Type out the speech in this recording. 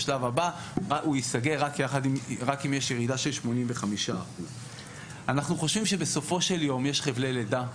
בשלב הבא הוא ייסגר רק אם יש ירידה של 85%. אנחנו חושבים שבסופו של יום יש חבלי לידה,